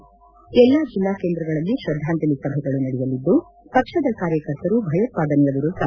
ಎಲ್ಲಾ ಜಿಲ್ಲಾ ಕೇಂದ್ರಗಳಲ್ಲಿ ತ್ರದ್ಧಾಂಜಲಿ ಸಭೆಗಳು ನಡೆಯಲಿದ್ದು ಪಕ್ಷದ ಕಾರ್ಯಕರ್ತರು ಭಯೋತ್ಪಾದನೆಯ ವಿರುದ್ಧ